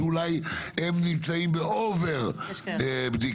שאולי הם נמצאים ביתר בדיקה.